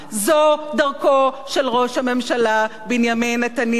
זו דרכו של ראש הממשלה בנימין נתניהו,